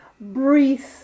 breathe